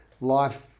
life